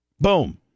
boom